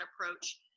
approach